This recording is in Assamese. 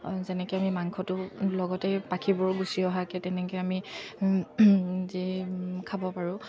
যেনেকৈ আমি মাংসটো লগতে পাখিবোৰ গুচিঅহাকৈ তেনেকৈ আমি যি খাব পাৰোঁ